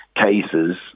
cases